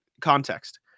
Context